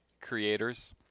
creators